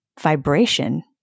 vibration